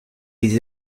uses